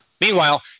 Meanwhile